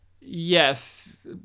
Yes